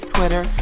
Twitter